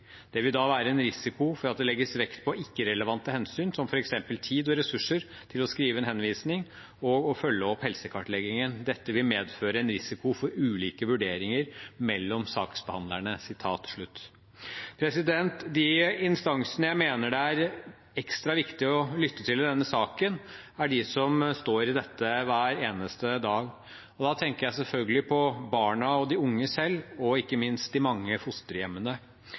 Det vil da være en stor risiko for at det legges vekt på ikke-relevante hensyn, som for eksempel tid og ressurser til å skrive en henvisning og å følge opp helsekartleggingen. Dette vil medføre en risiko for ulike vurderinger mellom saksbehandlerne.» De instansene jeg mener det er ekstra viktig å lytte til i denne saken, er dem som står i dette hver eneste dag. Da tenker jeg selvfølgelig på barna og de unge selv, og ikke minst på de mange fosterhjemmene.